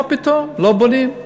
מה פתאום, לא בונים.